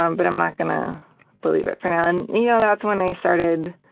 um but i'm not gonna believe it for now. and you know, that's when i started